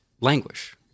languish